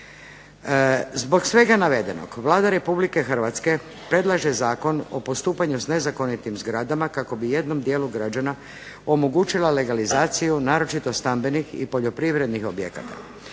Zbog svega navedenog Vlada Republike Hrvatske predlaže zakon o postupanju sa nezakonitim zgradama kako bi jednom dijelu građana omogućila legalizaciju naročito stambenih i poljoprivrednih objekata.